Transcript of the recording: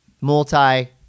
multi